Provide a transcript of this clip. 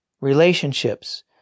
relationships